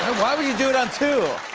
why would you do it on two?